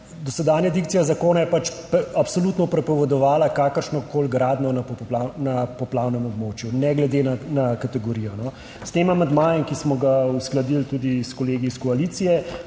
Dosedanja dikcija zakona je pač absolutno prepovedovala kakršnokoli gradnjo na poplavnem območju, ne glede na kategorijo. S tem amandmajem, ki smo ga uskladili tudi s kolegi iz koalicije,